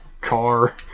car